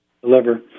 deliver